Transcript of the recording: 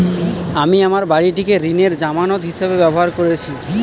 আমি আমার বাড়িটিকে ঋণের জামানত হিসাবে ব্যবহার করেছি